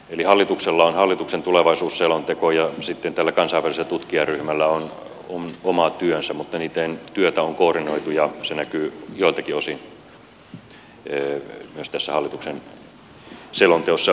eli hallituksella on hallituksen tulevaisuusselonteko ja sitten tällä kansainvälisellä tutkijaryhmällä on oma työnsä mutta niitten työtä on koordinoitu ja se näkyy joiltakin osin myös tässä hallituksen selonteossa